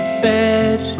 fed